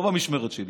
לא במשמרת שלי.